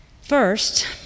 First